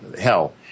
hell